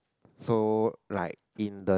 so like in the